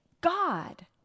God